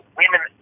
women